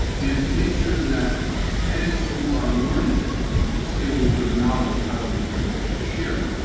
and to make sure that as you are learning the skills or the knowledge of how to be better, to share it.